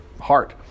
heart